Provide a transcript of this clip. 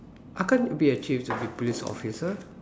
I achieve to be police officer